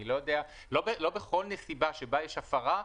לא בכל נסיבה שבה יש הפרה,